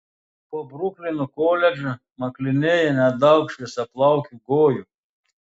po bruklino koledžą maklinėja nedaug šviesiaplaukių gojų